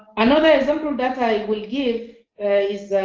another example that i will give is